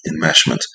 enmeshment